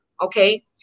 okay